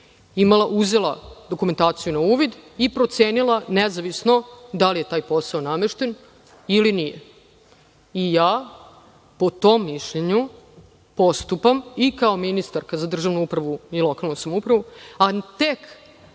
uzela dokumentaciju na uvid i procenila nezavisno da li je taj posao namešten ili nije. Ja po tom mišljenju postupam i kao ministarka za državnu upravu i lokalnu samoupravu, a tek